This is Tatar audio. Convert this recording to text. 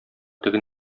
теге